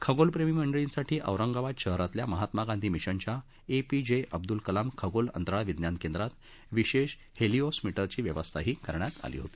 खगोलप्रेमी मंडळींसाठी औरंगाबाद शहरातल्या महात्मा गांधी मिशनच्या एपीजे अब्दूल कलाम खगोल अंतराळ विज्ञान केंद्रात विशेष हेलिओस मीटरची व्यवस्थाही करण्यात आली होती